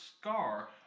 scar